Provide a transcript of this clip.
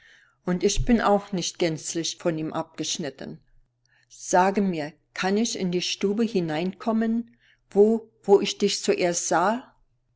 und ich bin auch nicht gänzlich von ihm abgeschnitten sage mir kann ich in die stube hineinkommen wo wo ich dich zuerst sah